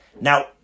Now